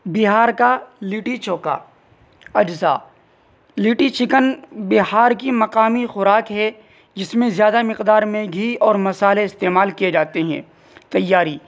بہار کا لٹی چوکا اجزا لٹی چکن بہار کی مقامی خوراک ہے جس میں زیادہ مقدار میں گھی اور مصالحے استعمال کیے جاتے ہیں تیاری